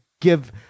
give